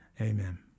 amen